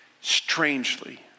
strangely